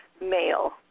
male